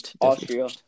Austria